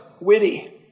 witty